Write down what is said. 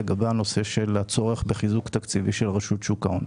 לגבי הנושא של הצורך בחיזוק תקציבי של רשות שוק ההון.